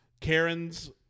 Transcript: Karen's